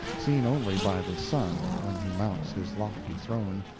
seen only by the sun when he mounts his lofty throne,